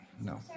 No